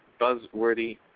Buzzworthy